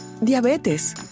diabetes